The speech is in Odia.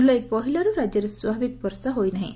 ଜୁଲାଇ ପହିଲାରୁ ରାଜ୍ୟରେ ସ୍ୱାଭାବିକ ବର୍ଷା ହୋଇ ନାହିଁ